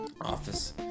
office